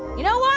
you know why?